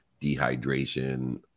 dehydration